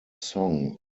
song